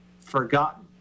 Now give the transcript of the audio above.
forgotten